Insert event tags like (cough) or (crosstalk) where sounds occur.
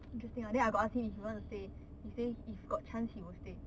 (noise) interesting ah then I got ask him if he want to stay he say if got chance he will stay